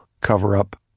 cover-up